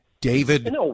David